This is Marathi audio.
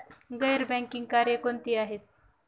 गैर बँकिंग कार्य कोणती आहेत?